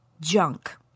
junk